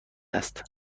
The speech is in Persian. است